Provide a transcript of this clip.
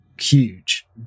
huge